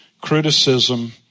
criticism